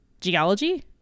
geology